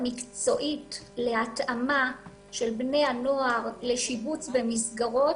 המקצועית להתאמה של בני הנוער לשיבוץ במסגרות,